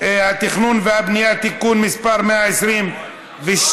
התכנון והבנייה (תיקון מס' 122)